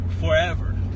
forever